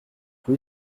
rue